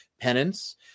penance